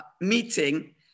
meeting